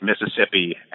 Mississippi